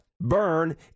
burn